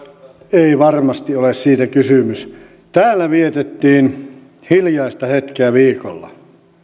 ei varmasti ole siitä kysymys täällä vietettiin hiljaista hetkeä viikolla